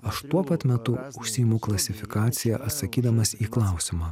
aš tuo pat metu užsiimu klasifikacija atsakydamas į klausimą